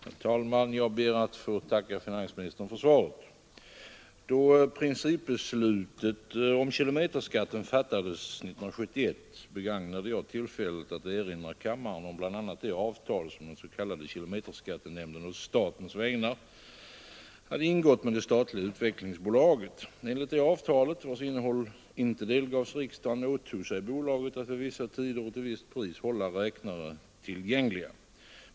Herr talman! Jag ber att få tacka finansministern för svaret. Då principbeslutet om kilometerskatten fattades 1971 begagnade jag tillfället att erinra kammaren om bl.a. det avtal som den s.k. kilometerskattenämnden å statens vägnar ingått med det statliga Utvecklingsbolaget. Enligt detta avtal, vars innehåll inte delgavs riksdagen, åtog sig bolaget att vid vissa tider och till visst pris hålla räknare tillgängliga.